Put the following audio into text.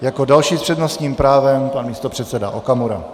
Jako další s přednostním právem pan místopředseda Okamura.